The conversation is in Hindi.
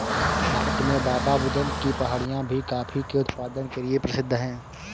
भारत में बाबाबुदन की पहाड़ियां भी कॉफी के उत्पादन के लिए प्रसिद्ध है